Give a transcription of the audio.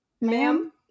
ma'am